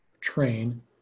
train